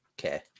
Okay